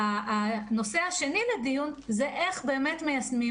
הנושא השני לדיון זה איך באמת מיישמים